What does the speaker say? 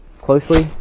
Closely